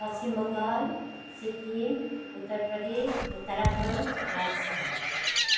Paschim Bangal Sikkim Uttar Pradesh Uttarakhand Rajasthan